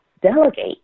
delegate